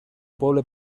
poble